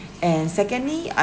and secondly I